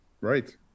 Right